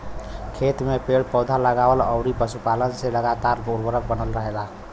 खेत में पेड़ पौधा, लगवला अउरी पशुपालन से लगातार उर्वरता बनल रहेला